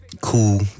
cool